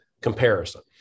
comparison